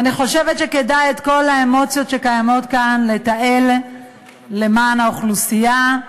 אני חושבת שכדאי את כל האמוציות שקיימות כאן לתעל למען האוכלוסייה,